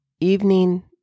evening